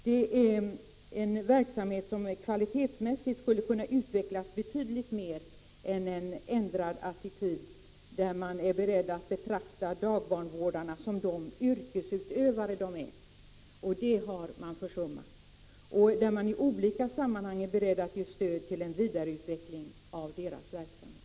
Det är en verksamhet som kvalitetsmässigt skulle kunna utvecklas betydligt mer, om man är beredd att betrakta dagbarnvårdarna som de yrkesutövare de är — det har man hittills försummat — och ge stöd till en vidareutveckling av deras verksamhet.